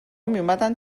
میومدن